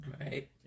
Right